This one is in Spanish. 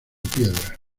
piedras